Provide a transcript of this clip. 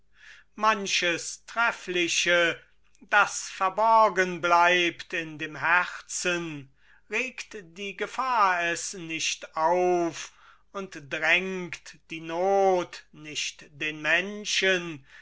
manches treffliche das verborgen bleibt in dem herzen regt die gefahr es nicht auf und drängt die not nicht den menschen